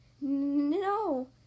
No